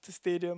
Stadium